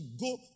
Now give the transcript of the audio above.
go